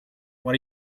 what